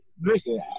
Listen